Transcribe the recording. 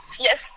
yes